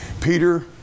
Peter